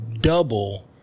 double